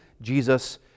Jesus